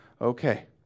Okay